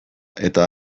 eta